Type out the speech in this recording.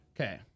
Okay